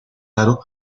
aro